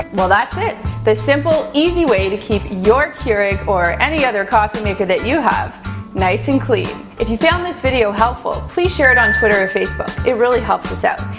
well, that's it, the simple, easy way to keep your keurig or any other coffee maker that you have nice and clean. if you found this video helpful, please share it on twitter or facebook. it really helps us out.